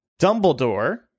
Dumbledore